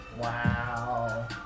Wow